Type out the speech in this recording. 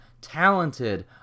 talented